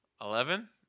Eleven